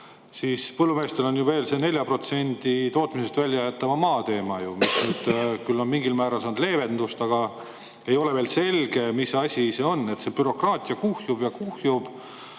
Siis, põllumeestel on veel see 4% tootmisest väljajäetava maa teema. See on küll mingil määral saanud leevendust, aga ei ole veel selge, mis asi see on. See bürokraatia kuhjub ja kuhjub.